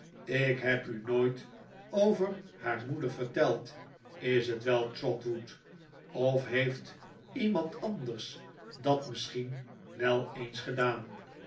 ik heb u nooit over haar moeder verteld is t wel trotwood of heeft iemand anders dat misschien wel eens gedaan